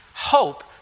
Hope